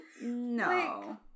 No